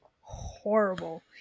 horrible